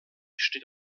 steht